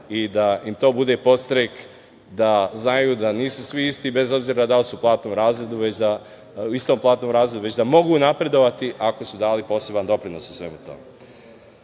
i da im to bude podstrek da znaju da nisu svi isti, bez obzira da li su u istom platnom razredu, već da mogu napredovati ako su dali poseban doprinos u svemu